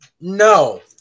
No